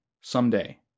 someday